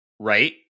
Right